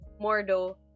Mordo